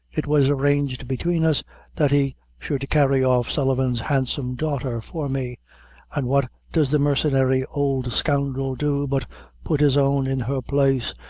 it was arranged between us that he should carry off sullivan's handsome daughter for me and what does the mercenary old scoundrel do but put his own in her place,